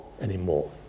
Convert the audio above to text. anymore